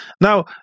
Now